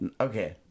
Okay